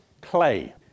clay